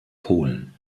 polen